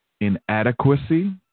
inadequacy